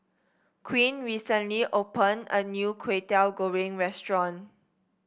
Quinn recently open a new Kway Teow Goreng restaurant